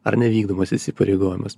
ar nevykdomus įsipareigojimas